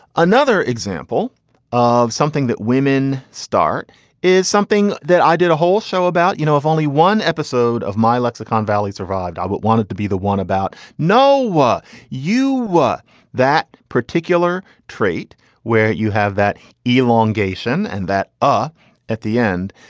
another example of something that women start is something that i did a whole show about. you know, if only one episode of my lexicon valley survived. i but wanted to be the one about no one you were that particular trait where you have that elongation and that are at the end.